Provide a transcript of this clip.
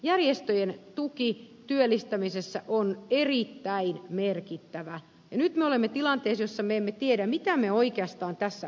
järjestöjen tuki työllistämisessä on erittäin merkittävä ja nyt me olemme tilanteessa jossa me emme tiedä mitä me oikeastaan tässä uhraamme